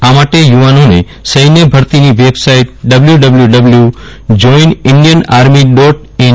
આ માટે યુવાનોને સૈન્ય ભરતીની website W W W join Indian army dot N